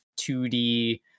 2d